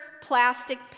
plastic